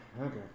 Okay